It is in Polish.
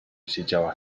siedziała